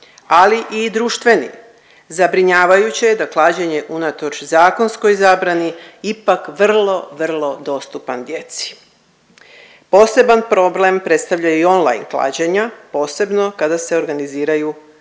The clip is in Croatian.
ali i društveni, zabrinjavajuće je da je klađenje unatoč zakonskoj zabrani ipak vrlo, vrlo dostupan djeci. Poseban problem predstavljaju i online klađenja, posebno kada se organiziraju, kada